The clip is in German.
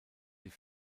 sie